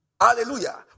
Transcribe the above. Hallelujah